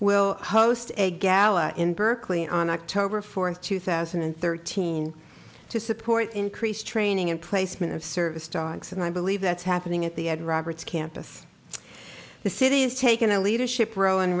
will host a gala in berkeley on october fourth two thousand and thirteen to support increased training and placement of service dogs and i believe that's happening at the ed roberts campus the city is taking a leadership ro